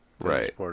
Right